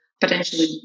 potentially